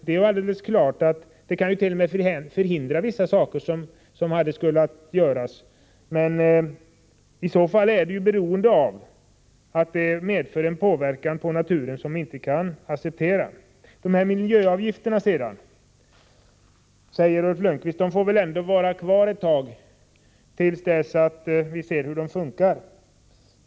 Det kan t.o.m. förhindra vissa saker som skulle ha gjorts. I så fall beror det på att det medför en påverkan på naturen som vi inte kan acceptera. De här miljöavgifterna, säger Ulf Lönnqvist, får väl ändå vara kvar ett tag till dess att vi ser hur de fungerar.